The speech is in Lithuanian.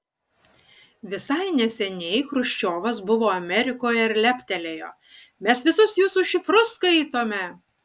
visai neseniai chruščiovas buvo amerikoje ir leptelėjo mes visus jūsų šifrus skaitome